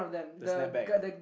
the snap back ah